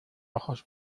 ojos